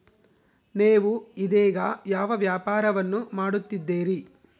ನೇವು ಇದೇಗ ಯಾವ ವ್ಯಾಪಾರವನ್ನು ಮಾಡುತ್ತಿದ್ದೇರಿ?